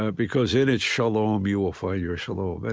ah because in it's shalom, you will find your shalom.